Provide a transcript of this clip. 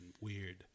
weird